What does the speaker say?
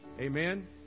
Amen